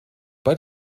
bei